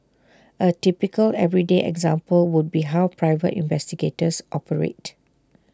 A typical everyday example would be how private investigators operate